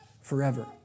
forever